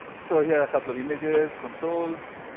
so here are a couple of images from soles.